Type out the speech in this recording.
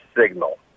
signal